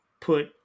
put